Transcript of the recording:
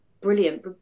brilliant